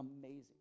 amazing